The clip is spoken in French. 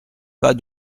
pas